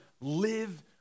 live